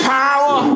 power